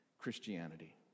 Christianity